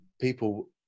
people